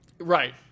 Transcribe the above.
Right